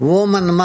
Woman